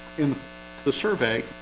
in the survey,